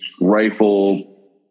Rifle